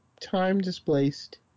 time-displaced